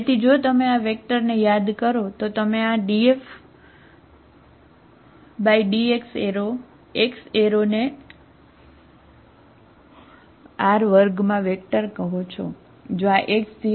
તેથી જો તમે આ વેક્ટર ને યાદ કરો તો તમે આ dFdx x ને R2 માં વેક્ટર કહો છો બરાબર